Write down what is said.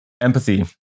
Empathy